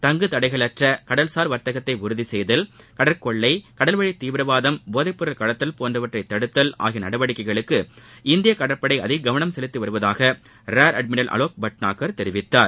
தங்கு தடையற்ற கடல்சார் வா்த்தகத்தை உறுதி செய்தல் கடற்கொள்ளை கடல்வழி தீவிரவாதம் போதைபொருள் போன்றவற்றை தடுத்தல் நடவடிக்கைகளுக்கு இந்திய கடற்படை அதிக கவனம் அளித்து வருவதாக ரியர் அட்மிரல் ஆலோக் பட்னாகர் தெரிவித்தார்